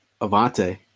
Avante